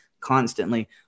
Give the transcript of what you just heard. constantly